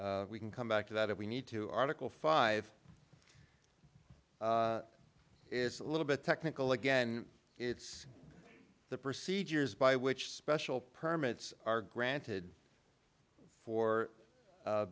we can come back to that if we need to article five is a little bit technical again it's the procedures by which special permits are granted for